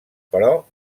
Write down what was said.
però